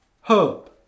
Hope